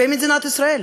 במדינת ישראל.